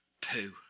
poo